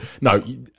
No